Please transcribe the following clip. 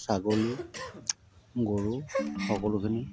ছাগলী গৰু সকলোখিনি